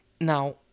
Now